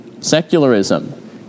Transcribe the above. Secularism